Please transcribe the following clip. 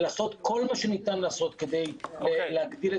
לעשות כל מה שניתן לעשות כדי להגדיל את